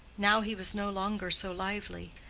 now he was no longer so lively.